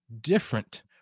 different